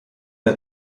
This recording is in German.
der